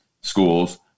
schools